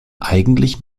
eigentlich